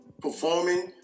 performing